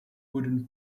wooden